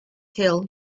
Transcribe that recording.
hill